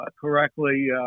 correctly